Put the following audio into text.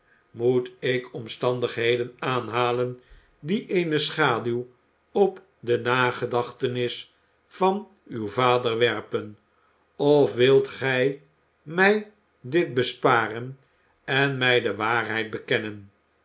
moet ik omstandigheden aanhalen die eene schaduw op de nagedachtenis van uw vader werpen of wilt gij mij dit besparen en mij de waarheid bekennen